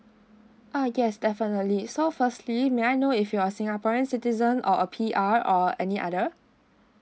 ah yes definitely so firstly may I know if you are singaporean citizen or a P_R or any other